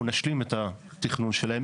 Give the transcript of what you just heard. אנחנו נשלים את התכנון שלהם.